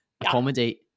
accommodate